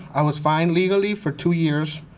i was fine legally for two years,